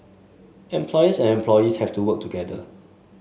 employers and employees have to work together